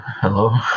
hello